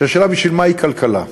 השאלה היא: מהי כלכלה?